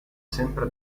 sempre